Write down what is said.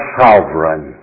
sovereign